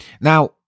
Now